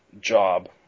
job